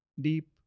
deep